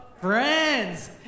friends